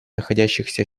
находящихся